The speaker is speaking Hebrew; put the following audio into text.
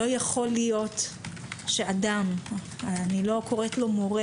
לא יכול להיות שאדם אני לא קוראת לו מורה